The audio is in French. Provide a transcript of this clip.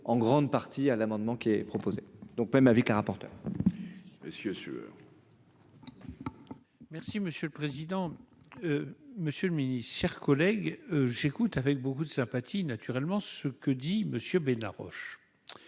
en grande partie à l'amendement qui est proposée, donc même avec rapporteur.